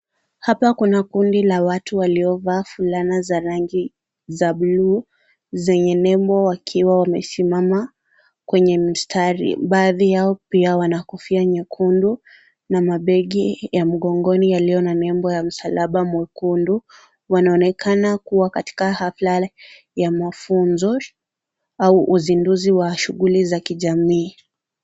Hapa kuna kundi la watu waliovaa fulana za rangi ya buluu zenye nembo wakiwa wamesimama kwenye mistari. Baadhi yao pia wana kofia nyekundu na mabegi ya mgongoni yaliyo na nembo ya msalaba mwekundu. Wanaonekana kuwa katika hafla ya mafunzo au uzinduzi wa shughuli za kijamii.